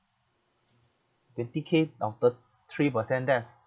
twenty k of thir~ three percent that's